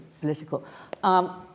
political